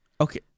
Okay